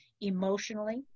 emotionally